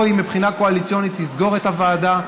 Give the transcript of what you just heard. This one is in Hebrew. מבחינה קואליציונית היא לסגור את הוועדה,